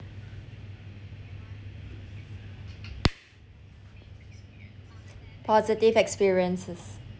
positive experiences